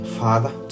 father